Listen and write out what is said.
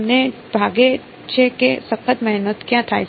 તમને લાગે છે કે સખત મહેનત ક્યાં થાય છે